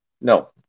No